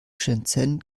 shenzhen